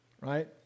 right